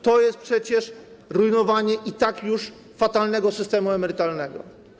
To jest przecież rujnowanie i tak już fatalnego systemu emerytalnego.